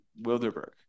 wilderberg